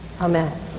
Amen